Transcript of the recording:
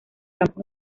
campos